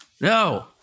No